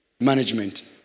Management